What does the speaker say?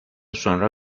sonra